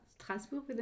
Strasbourg